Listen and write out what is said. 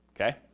Okay